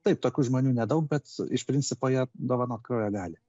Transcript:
taip tokių žmonių nedaug bet iš principo jie dovanot kraują gali